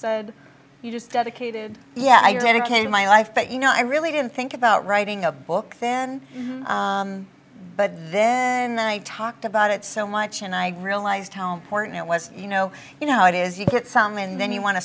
said you just dedicated yeah i guess you can my life but you know i really didn't think about writing a book then but then i talked about it so much and i realized how important it was you know you know it is you get some and then you want to